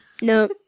No